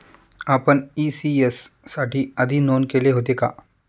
आपण इ.सी.एस साठी आधी नोंद केले होते का?